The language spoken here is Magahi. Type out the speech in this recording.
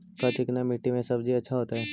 का चिकना मट्टी में सब्जी अच्छा होतै?